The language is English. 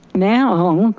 now,